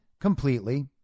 completely